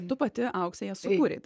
du pati aukse jas sukūrei